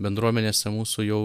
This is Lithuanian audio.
bendruomenėse mūsų jau